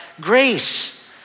grace